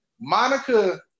Monica